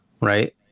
right